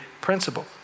principle